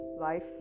Life